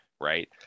right